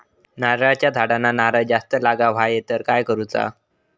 नारळाच्या झाडांना नारळ जास्त लागा व्हाये तर काय करूचा?